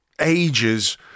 ages